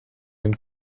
den